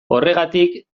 horregatik